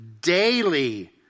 daily